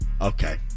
Okay